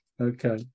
Okay